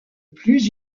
plus